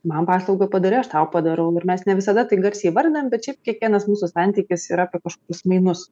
man paslaugą padarai aš tau padarau ir mes ne visada tai garsiai įvardinam bet šiaip kiekvienas mūsų santykis yra apie kažkokius mainus